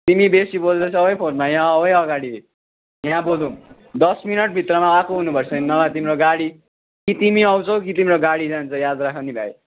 तिमी बेसी बोल्दैछौ है फोनमा यहाँ आउ है अगाडि यहाँ बोलौँ दस मिनट भित्रमा आएको हुनु पर्छ नि नभए तिम्रो गाडी कि तिमी आउँछौ कि तिम्रो गाडी जान्छ याद राख नि भाइ